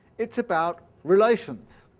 it's about relations,